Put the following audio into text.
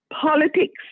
politics